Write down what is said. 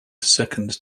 second